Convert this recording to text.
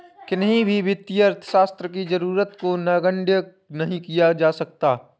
कहीं भी वित्तीय अर्थशास्त्र की जरूरत को नगण्य नहीं किया जा सकता है